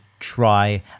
try